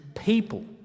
people